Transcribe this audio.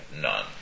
none